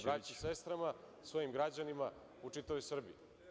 svojoj braći i sestrama, svojim građanima u čitavoj Srbiji.